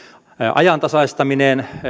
ajantasaistaminen